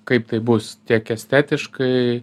kaip tai bus tiek estetiškai